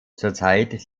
zurzeit